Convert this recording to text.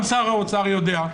גם שר האוצר יודע,